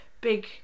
big